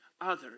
others